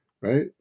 right